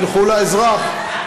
ילכו לאזרח,